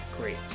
Great